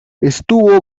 estuvo